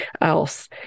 else